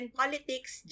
politics